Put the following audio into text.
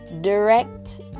direct